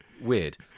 weird